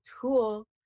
tool